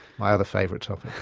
my other favourite topic.